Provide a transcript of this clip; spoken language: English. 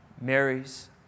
Mary's